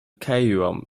cairum